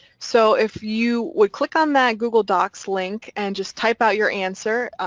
so if you would click on that google docs link and just type out your answer.